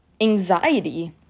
anxiety